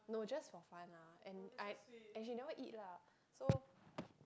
no just for fun lah and I and she never eat lah so